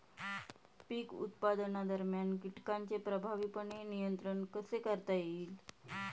पीक उत्पादनादरम्यान कीटकांचे प्रभावीपणे नियंत्रण कसे करता येईल?